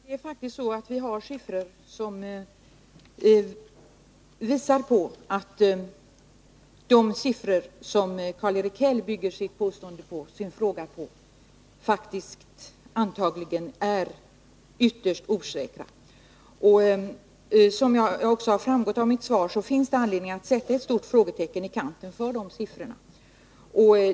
Herr talman! Vi har faktiskt material som visar att de siffror som Karl-Erik Häll bygger sin fråga på antagligen är ytterst osäkra. Som framgått av mitt svar finns det anledning att sätta ett stort frågetecken i kanten för de siffrorna.